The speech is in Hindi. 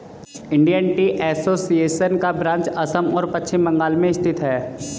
इंडियन टी एसोसिएशन का ब्रांच असम और पश्चिम बंगाल में स्थित है